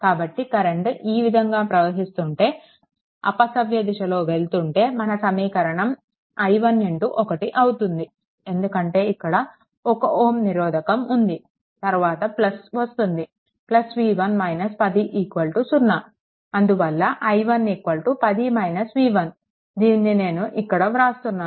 కాబట్టి కరెంట్ ఈ విధంగా ప్రవహిస్తుంటే అపసవ్య దిశలో వెళ్తుంటే మన సమీకరణం i1 1 అవుతుంది ఎందుకంటే ఇక్కడ 1 Ω నిరోధకం ఉంది తరువాత వస్తుంది v1 10 0 అందువల్ల i1 10 v1 దీనిని నేను ఇక్కడ వ్రాస్తున్నాను i1 1